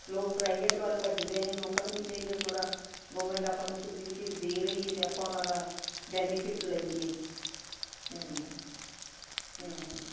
ਲੋਕ ਪ੍ਰਾਈਵੇਟ ਵੱਲ ਭੱਜਦੇ ਨੇ ਲੋਕਾਂ ਨੂੰ ਵੀ ਚਾਹੀਦਾ ਥੋੜ੍ਹਾ ਗੌਰਮੈਂਟ ਆਪਾਂ ਨੂੰ ਫੈਸਿਲਿਟੀਸ ਦੇ ਰਹੀ ਹੈ ਅਤੇ ਆਪਾਂ ਉਹਨਾਂ ਦਾ ਬੈਨੀਫਿਟ ਲਈਏ